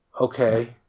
okay